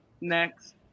Next